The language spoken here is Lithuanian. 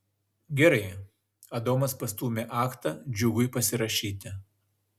gerai adomas pastūmė aktą džiugui pasirašyti